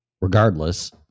regardless